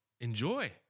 enjoy